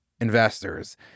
investors